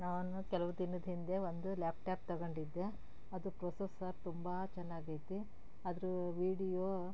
ನಾನು ಕೆಲ್ವು ದಿನದ ಹಿಂದೆ ಒಂದು ಲ್ಯಾಪ್ಟಾಪ್ ತಗೊಂಡಿದ್ದೆ ಅದು ಪ್ರೊಸೆಸರ್ ತುಂಬ ಚೆನ್ನಾಗೈತಿ ಅದ್ರ ವಿಡಿಯೋ